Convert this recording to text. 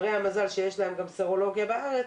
אם אתה מברי המזל שיש להם גם סרולוגיה בארץ,